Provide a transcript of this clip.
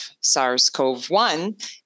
SARS-CoV-1